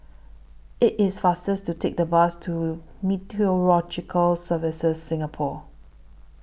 IT IS faster to Take The Bus to Meteorological Services Singapore